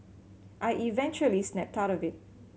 I eventually snapped of it